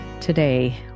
Today